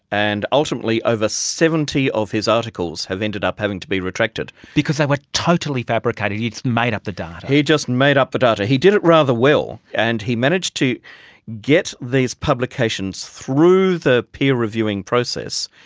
and ultimately over seventy of his articles have ended up having to be retracted. because they were totally fabricated, he just made up the data. he just made up the data. he did it rather well and he managed to get these publications through the peer reviewing process,